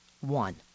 One